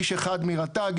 איש אחד מרט"ג,